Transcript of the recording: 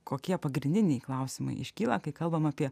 kokie pagrindiniai klausimai iškyla kai kalbam apie